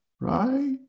right